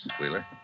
Wheeler